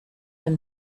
him